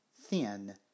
thin